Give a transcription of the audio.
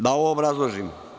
Da ovo obrazložim.